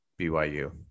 BYU